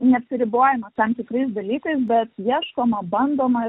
neapsiribojama tam tikrais dalykais bet ieškoma bandoma